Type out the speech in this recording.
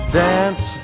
dance